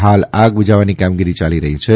હાલ આગ બુઝાવવાની કામગીરી યાલી રહી છે